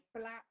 black